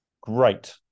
great